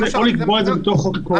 או לקבוע את זה בתוך חוק הקורונה.